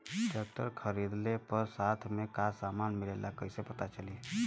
Tractor खरीदले पर साथ में का समान मिलेला कईसे पता चली?